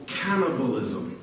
cannibalism